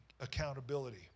accountability